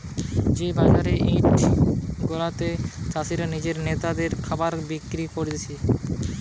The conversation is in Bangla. যে বাজার হাট গুলাতে চাষীরা নিজে ক্রেতাদের খাবার বিক্রি করতিছে